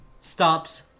stops